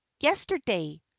yesterday